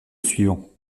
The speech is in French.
suivant